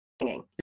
singing